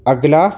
اگلا